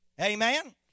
Amen